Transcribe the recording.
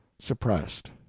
suppressed